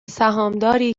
سهامداری